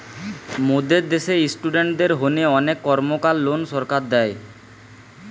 মোদের দ্যাশে ইস্টুডেন্টদের হোনে অনেক কর্মকার লোন সরকার দেয়